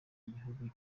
gihugu